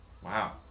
Wow